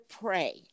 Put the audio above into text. pray